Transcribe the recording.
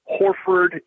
Horford